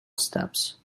steps